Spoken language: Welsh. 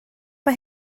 mae